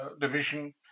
Division